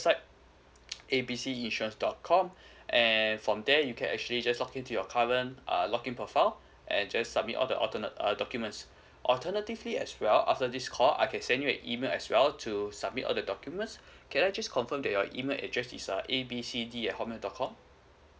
~site A B C insurance dot com and from there you can actually just login to your current login profile and just submit all the alternate err documents alternatively as well after this call I can send you a email as well to submit all the documents can I just confirm that your email address is uh A B C D at Hotmail dot com